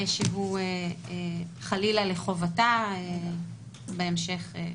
שהוא חלילה לחובתה בהמשך.